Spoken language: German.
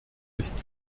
ist